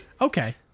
Okay